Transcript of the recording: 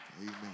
amen